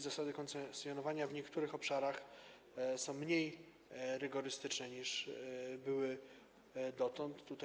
Zasady koncesjonowania w niektórych obszarach są mniej rygorystyczne, niż były dotąd.